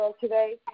today